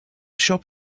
shop